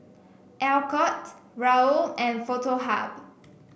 Alcott Raoul and Foto Hub